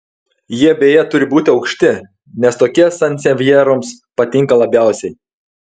jie beje turi būti aukšti nes tokie sansevjeroms patinka labiausiai